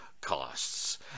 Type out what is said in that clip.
costs